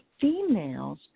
females